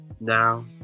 Now